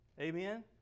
Amen